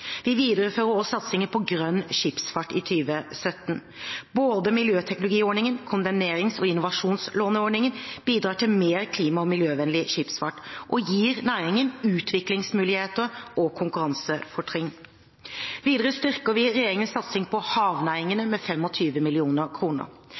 Vi viderefører også satsingen på grønn skipsfart i 2017. Både miljøteknologiordningen, kondemnerings- og innovasjonslåneordningen bidrar til mer klima- og miljøvennlig skipsfart og gir næringen utviklingsmuligheter og konkurransefortrinn. Videre styrker vi regjeringens satsing på